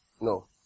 No